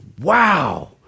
wow